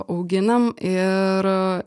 auginam ir